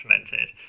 implemented